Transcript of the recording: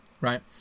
right